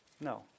No